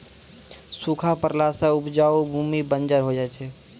सूखा पड़ला सें उपजाऊ भूमि बंजर होय जाय छै